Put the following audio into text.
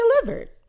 delivered